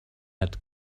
had